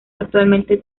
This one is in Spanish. actualmente